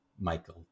Michael